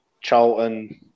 Charlton